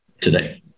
today